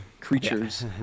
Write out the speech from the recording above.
creatures